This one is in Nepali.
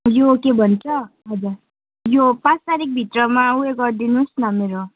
यो के भन्छ हजुर यो पाँच तारिकभित्रमा ऊ यो गरिदिनुहोस् न मेरो